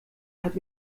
hat